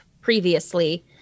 previously